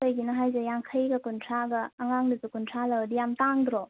ꯀꯩꯒꯤꯅꯣ ꯍꯥꯏꯁꯦ ꯌꯥꯡꯈꯩꯒ ꯀꯨꯟꯊ꯭ꯔꯥꯒ ꯑꯉꯥꯡꯒꯤꯁꯨ ꯀꯨꯟꯊ꯭ꯔꯥ ꯂꯧꯔꯗꯤ ꯌꯥꯝ ꯇꯥꯡꯗ꯭ꯔꯣ